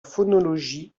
phonologie